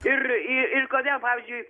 ir ir kodėl pavyzdžiui